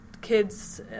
kids